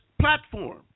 platform